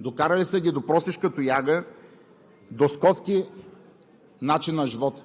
докарали са ги до просешка тояга, до скотски начин на живот,